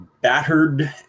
battered